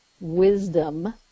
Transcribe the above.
wisdom